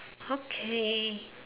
okay